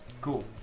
Cool